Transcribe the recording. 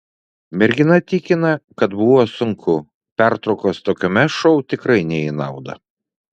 mergina tikina kad buvo sunku pertraukos tokiame šou tikrai ne į naudą